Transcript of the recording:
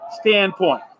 standpoint